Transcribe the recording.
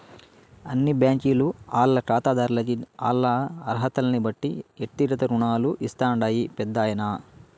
అన్ని బ్యాంకీలు ఆల్ల కాతాదార్లకి ఆల్ల అరహతల్నిబట్టి ఎక్తిగత రుణాలు ఇస్తాండాయి పెద్దాయనా